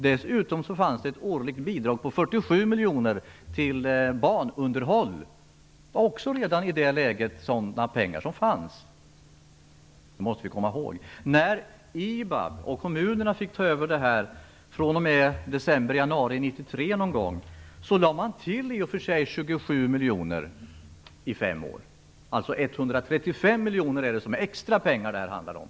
Dessutom fanns det årligt bidrag på 47 miljoner till banunderhåll. Det var i det läget också pengar som redan fanns. Det måste vi komma ihåg. december 1992/januari 1993 lade man i och för sig till 27 miljoner i fem år. Det är alltså 135 miljoner som är de extra pengar som det här handlar om.